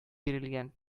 бирелгән